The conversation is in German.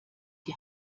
die